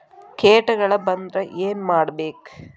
ಕೇಟಗಳ ಬಂದ್ರ ಏನ್ ಮಾಡ್ಬೇಕ್?